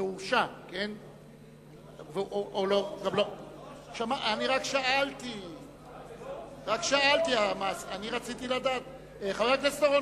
התשס"ט 2009. חבר הכנסת אורון